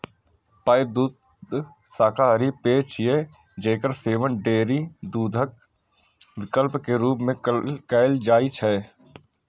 pipe दूध शाकाहारी पेय छियै, जेकर सेवन डेयरी दूधक विकल्प के रूप मे कैल जाइ छै